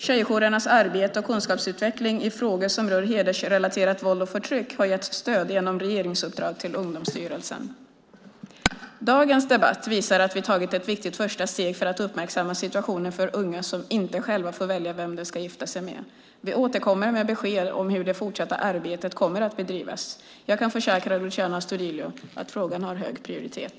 Tjejjourernas arbete och kunskapsutveckling i frågor som rör hedersrelaterat våld och förtryck har getts stöd genom regeringsuppdrag till Ungdomsstyrelsen. Dagens debatt visar att vi tagit ett viktigt första steg för att uppmärksamma situationen för unga som inte själva får välja vem de ska gifta sig med. Vi återkommer med besked om hur det fortsatta arbetet kommer att bedrivas. Jag kan försäkra Luciano Astudillo att frågan har hög prioritet.